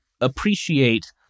appreciate